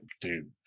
Dude